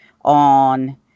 on